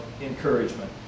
encouragement